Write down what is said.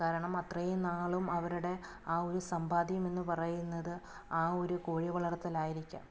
കാരണം അത്രയും നാളും അവരുടെ ആ ഒരു സമ്പാദ്യമെന്ന് പറയുന്നത് ആ ഒരു കോഴിവളർത്തൽ ആയിരിക്കാം